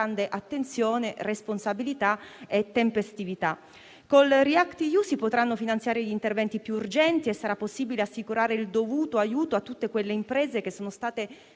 attenzione, responsabilità e tempestività. Con il React-EU si potranno finanziare gli interventi più urgenti e sarà possibile assicurare il dovuto aiuto a tutte quelle imprese messe